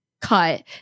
cut